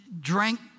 drank